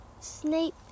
Snape